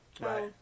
Right